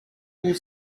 tous